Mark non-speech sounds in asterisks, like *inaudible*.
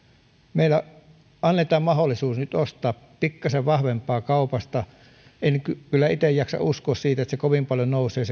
meille annetaan mahdollisuus nyt ostaa pikkasen vahvempaa kaupasta en kyllä itse jaksa uskoa siihen että se nelosoluen myynti kovin paljon nousee *unintelligible*